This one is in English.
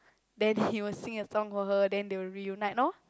then he will sing for her then they will reunite lor